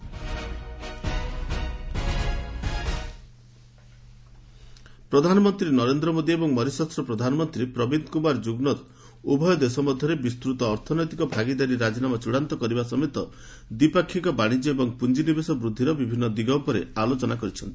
PM Mauritius ପ୍ରଧାନମନ୍ତ୍ରୀ ନରେନ୍ଦ୍ର ମୋଦି ଏବଂ ମରିସସ୍ର ପ୍ରଧାନମନ୍ତ୍ରୀ ପ୍ରବୀନ୍ଦ କୁମାର ଜୁଗନଥ୍ ଉଭୟ ଦେଶ ମଧ୍ୟରେ ବିସ୍ତୃତ ଅର୍ଥନୈତିକ ଭାଗିଦାରୀ ରାଜିନାମା ଚ ଡ଼ାନ୍ତ କରିବା ସମେତ ଦ୍ୱିପାକ୍ଷିକ ବାଣିଜ୍ୟ ଏବଂ ପୁଞ୍ଜିନିବେଶ ବୃଦ୍ଧିର ବିଭିନ୍ନ ଦିଗ ଉପରେ ଆଲୋଚନା କରିଛନ୍ତି